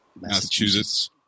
Massachusetts